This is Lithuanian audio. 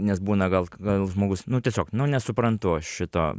nes būna gal žmogus nu tiesiog nu nesuprantu aš šito